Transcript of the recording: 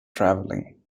travelling